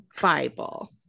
bible